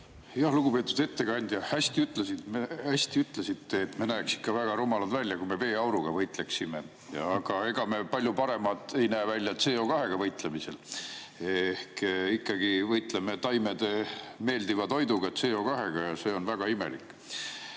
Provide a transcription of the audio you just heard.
palun! Lugupeetud ettekandja! Hästi ütlesite, et me näeksime ikka väga rumalad välja, kui me veeauruga võitleksime. Aga ega me palju paremad ei näe välja ka CO2‑ga võitlemisel. Ehk ikkagi võitleme taimede meeldiva toiduga, CO2‑ga, ja see on väga imelik.